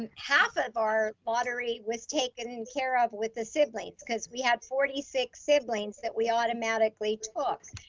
and half of our lottery was taken care of with the siblings. cause we had forty six siblings that we automatically took.